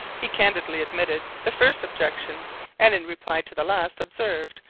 he candidly admitted the first objection and in reply to the last observed,